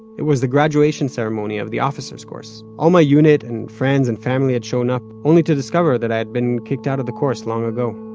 it was the graduation ceremony of the officers' course. all my unit, and friends and family had shown up, only to discover that i had been kicked out of the course long ago.